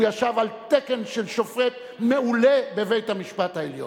הוא ישב על תקן של שופט מעולה בבית-המשפט העליון.